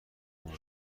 مورد